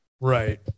Right